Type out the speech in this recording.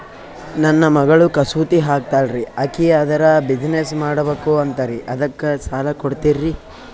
ನನ್ನ ಮಗಳು ಕಸೂತಿ ಹಾಕ್ತಾಲ್ರಿ, ಅಕಿ ಅದರ ಬಿಸಿನೆಸ್ ಮಾಡಬಕು ಅಂತರಿ ಅದಕ್ಕ ಸಾಲ ಕೊಡ್ತೀರ್ರಿ?